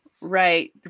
Right